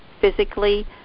physically